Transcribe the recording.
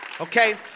Okay